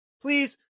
please